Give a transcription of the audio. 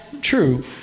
true